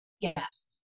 Yes